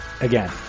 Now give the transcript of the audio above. again